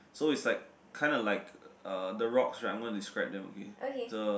so is like kind of like a the rock right I am going to describe them okay the